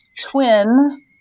twin